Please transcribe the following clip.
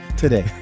today